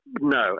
No